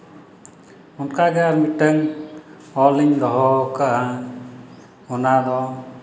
ᱚᱱᱠᱟᱜᱮ ᱢᱤᱫᱴᱟᱹᱝ ᱚᱞ ᱤᱧ ᱫᱚᱦᱚ ᱠᱟᱜᱼᱟ ᱚᱱᱟ ᱫᱚ